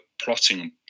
plotting